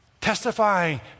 testifying